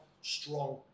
strong